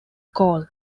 coal